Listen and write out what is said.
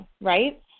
right